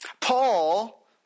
Paul